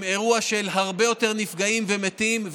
עם אירוע של הרבה יותר נפגעים ומתים,